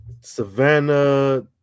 savannah